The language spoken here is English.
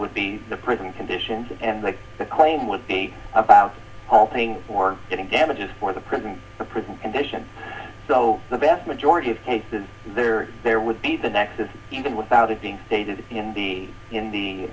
would be the prison conditions and like the claim would be about halting for getting damages for the prison a prison condition so the vast majority of cases there there would be the nexus even without it being stated in the in the